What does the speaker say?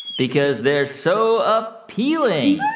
because they're so a-peeling